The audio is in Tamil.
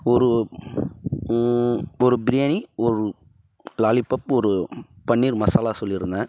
ஒரு ஒரு பிரியாணி ஒரு லாலிபப் ஒரு பன்னீர் மசாலா சொல்லியிருந்தேன்